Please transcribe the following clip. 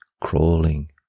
Crawling